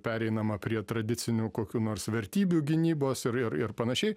pereinama prie tradicinių kokių nors vertybių gynybos ir ir ir panašiai